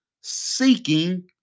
seeking